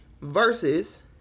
versus